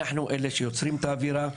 אנחנו אלה שיוצרים את האווירה.